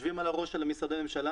יושבים על הראש של משרדי הממשלה